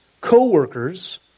co-workers